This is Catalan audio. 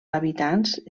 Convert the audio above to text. habitants